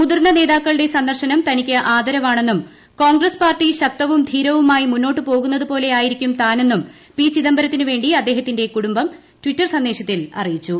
മുതിർന്ന നേതാക്കളുടെ സന്ദർശനം തനിക്ക് ആദരവാണെന്നും കോൺഗ്രസ് പാർട്ടി ശക്തവും ധീരവുമായി മുന്നോട്ട് പോകുന്നത്പോലെയായിരിക്കും താനെന്നും പി ചിദംബരത്തിന് വേണ്ടി അദ്ദേഹത്തിന്റെ കൂടുംബം ടിറ്റർ സന്ദേശത്തിൽ അറിയിച്ചു